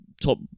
top